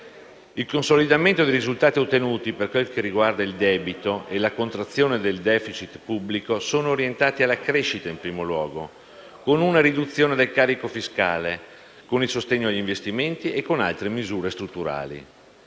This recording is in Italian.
Il consolidamento dei risultati ottenuti per quel che riguarda il debito e la contrazione del *deficit* pubblico sono orientati alla crescita, in primo luogo, con una riduzione del carico fiscale, con il sostegno agli investimenti e con altre misure strutturali.